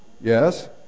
Yes